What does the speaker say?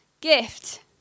gift